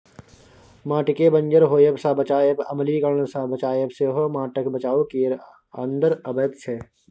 माटिकेँ बंजर होएब सँ बचाएब, अम्लीकरण सँ बचाएब सेहो माटिक बचाउ केर अंदर अबैत छै